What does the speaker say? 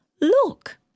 Look